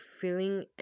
feeling